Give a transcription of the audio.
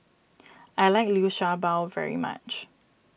I like Liu Sha Bao very much